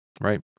right